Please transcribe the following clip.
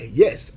yes